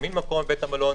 הזמין מקום בבית המלון,